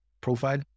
profile